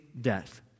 death